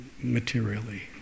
materially